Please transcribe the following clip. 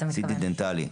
CT דנטלי.